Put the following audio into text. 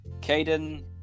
Caden